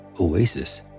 Oasis